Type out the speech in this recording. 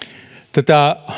tätä